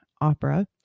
opera